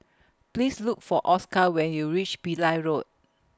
Please Look For Oscar when YOU REACH Pillai Road